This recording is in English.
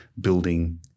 building